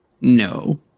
no